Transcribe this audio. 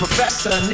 Professor